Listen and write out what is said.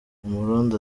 umurundi